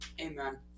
Amen